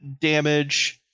damage